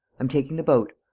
i'm taking the boat.